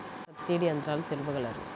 Subsidy యంత్రాలు తెలుపగలరు?